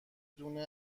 دونه